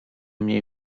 mniej